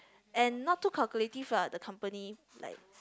and not too calculative lah the company like